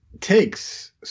takes